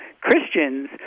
Christians